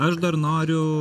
aš dar noriu